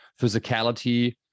physicality